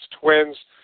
twins